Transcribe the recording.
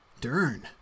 Dern